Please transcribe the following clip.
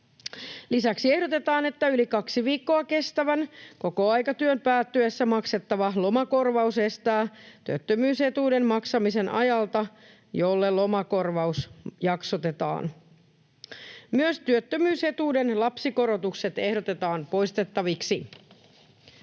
Lisäksi ehdotetaan, että yli kaksi viikkoa kestävän kokoaikatyön päättyessä maksettava lomakorvaus estää työttömyysetuuden maksamisen ajalta, jolle lomakorvaus jaksotetaan. Myös työttömyysetuuden lapsikorotukset ehdotetaan poistettaviksi.